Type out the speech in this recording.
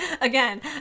again